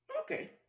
Okay